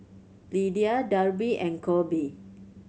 Lidia Darby and Coby